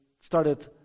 started